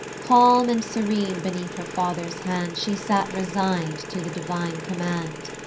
calm and serene beneath her father's hand she sat resign'd to the divine command.